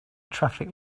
traffic